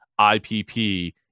IPP